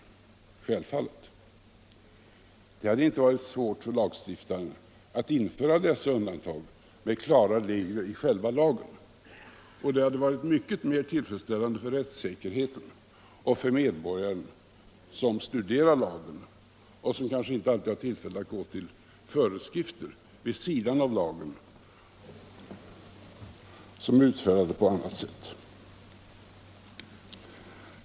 Det borde inte ha varit svårt för lagstiftaren att införa dessa undantag med klara regler i själva lagen. Det hade också varit mer tillfredsställande för rättssäkerheten och för medborgaren som studerar lagen och som kanske inte alltid har tillfälle att gå till föreskrifter vid sidan av lagen som är utfärdade på annat sätt.